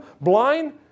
blind